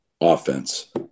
offense